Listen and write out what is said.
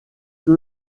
que